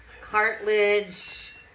cartilage